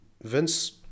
Vince